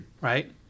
Right